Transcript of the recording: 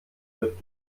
wird